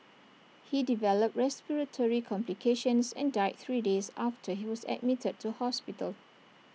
he developed respiratory complications and died three days after he was admitted to hospital